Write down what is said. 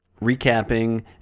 recapping